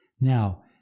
Now